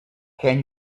can